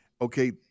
Okay